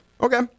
Okay